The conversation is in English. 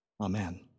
Amen